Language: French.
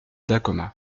dacoma